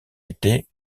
était